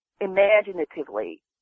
imaginatively